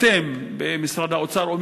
במשרד האוצר,